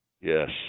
Yes